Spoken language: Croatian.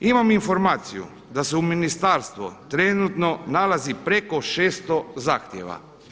Imam informaciju da se u ministarstvu trenutno nalazi preko 600 zahtjeva.